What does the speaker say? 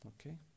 Okay